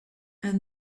and